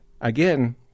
again